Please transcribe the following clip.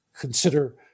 consider